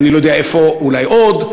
אולי עוד,